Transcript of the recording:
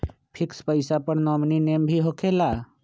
Fix पईसा पर nominee name भी होकेला?